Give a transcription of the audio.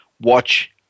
watch